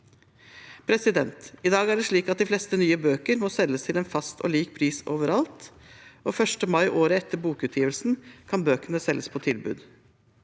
foreninger. I dag er det slik at de fleste nye bøker må selges til en fast og lik pris overalt, og 1. mai året etter bokutgivelsen kan bøkene selges på tilbud.